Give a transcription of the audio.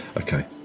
okay